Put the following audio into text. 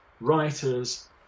writers